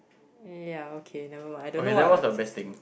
yeah okay never mind I don't know what I was also